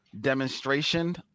demonstration